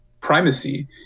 primacy